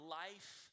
life